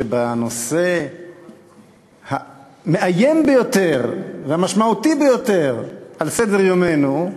שבנושא המאיים ביותר והמשמעותי ביותר על סדר-יומנו,